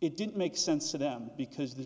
it didn't make sense to them because the